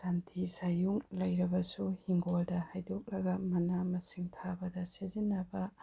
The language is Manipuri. ꯁꯟꯊꯤ ꯁꯟꯌꯨꯡ ꯂꯩꯔꯕꯁꯨ ꯏꯪꯈꯣꯜꯗ ꯍꯩꯗꯣꯛꯂꯒ ꯃꯅꯥ ꯃꯁꯤꯡ ꯊꯥꯕꯗ ꯁꯤꯖꯤꯟꯅꯕ